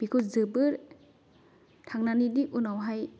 बेखौ जोबोर थांनानैदि उनावहाय